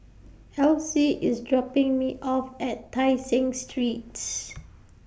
Alcee IS dropping Me off At Tai Seng Street